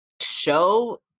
show